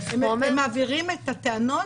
הם מעבירים את הטענות.